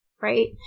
right